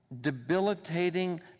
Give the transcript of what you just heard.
debilitating